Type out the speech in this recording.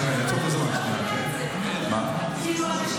אנשים